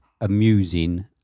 amusing